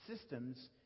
systems